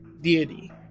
deity